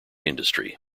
industry